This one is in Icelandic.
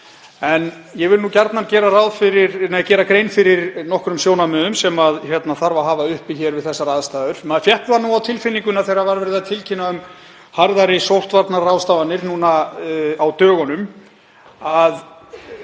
En ég vil gjarnan grein fyrir nokkrum sjónarmiðum sem þarf að hafa uppi hér við þessar aðstæður. Maður fékk það á tilfinninguna þegar var verið að tilkynna um harðari sóttvarnaráðstafanir núna á dögunum